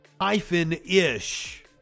hyphen-ish